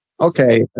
Okay